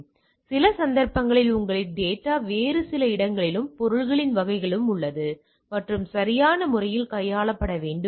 எனவே சில சந்தர்ப்பங்களில் உங்கள் டேட்டா வேறு சில இடங்களிலும் பொருட்களின் வகையிலும் உள்ளது மற்றும் சரியான முறையில் கையாளப்பட வேண்டும்